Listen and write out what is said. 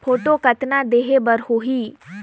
Photo कतना देहें बर होहि?